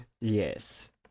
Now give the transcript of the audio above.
yes